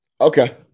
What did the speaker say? Okay